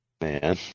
Man